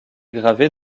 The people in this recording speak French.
gravés